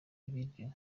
ibiryo